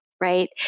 right